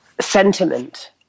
sentiment